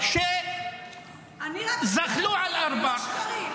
שזחלו על ארבע,